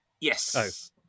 Yes